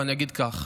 ואני אגיד כך: